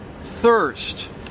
thirst